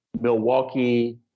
Milwaukee